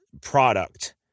product